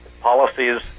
policies